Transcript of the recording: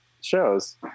shows